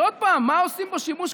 שעוד פעם, במה עושים בו שימוש?